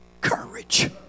courage